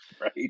right